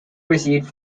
received